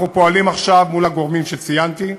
אנחנו פועלים עכשיו מול הגורמים שציינתי,